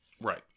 Right